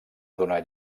donat